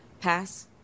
pass